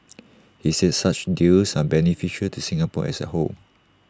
he said such deals are beneficial to Singapore as A whole